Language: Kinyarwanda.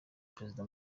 prezida